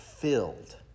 filled